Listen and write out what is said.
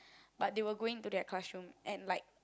but they were going to that classroom and like